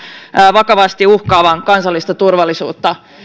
vakavasti uhkaavan kansallista turvallisuutta